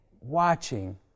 watching